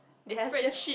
they are just